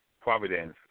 Providence